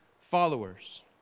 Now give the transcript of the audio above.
followers